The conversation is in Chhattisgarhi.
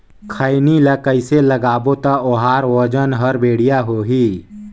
खैनी ला कइसे लगाबो ता ओहार वजन हर बेडिया होही?